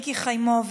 לחצתי, לא נלחץ.